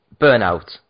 Burnout